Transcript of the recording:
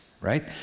right